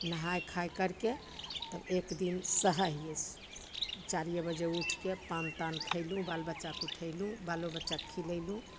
नहाइ खाइ करिके तब एकदिन सहै हिए चारिए बजे उठिके पान तान खएलहुँ बाल बच्चाके उठेलहुँ बालो बच्चाके खिलैलहुँ